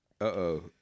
Uh-oh